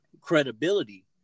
credibility